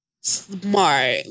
smart